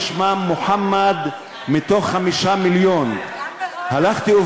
היא תקועה מִצְּפוֹנוֹ של הקוטב הצפוני.